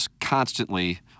constantly